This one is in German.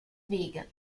wege